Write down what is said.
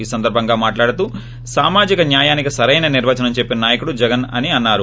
ఈ సందర్బంగా ఆయన మాట్లాడుతూ సామాజిక న్యాయానికి సరైన నిర్వచనం చెప్పిన నాయకుడు జగన్ అన్నారు